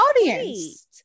audience